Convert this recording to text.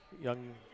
young